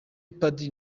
padiri